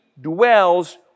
dwells